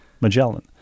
magellan